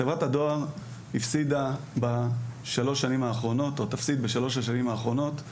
חברת הדואר הפסידה בשלוש שנים האחרונות או תפסיד בשלוש השנים האחרונות,